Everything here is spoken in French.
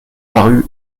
parut